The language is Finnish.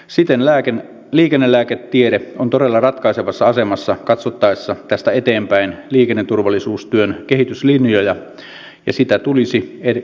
siten liikennelääketiede on todella ratkaisevassa asemassa katsottaessa tästä eteenpäin liikenneturvallisuustyön kehityslinjoja ja sitä tulisi edelleen kehittää